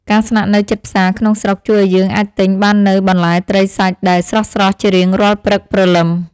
ការស្នាក់នៅជិតផ្សារក្នុងស្រុកជួយឱ្យយើងអាចទិញបាននូវបន្លែត្រីសាច់ដែលស្រស់ៗជារៀងរាល់ព្រឹកព្រលឹម។